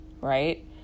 right